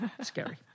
scary